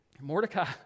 Mordecai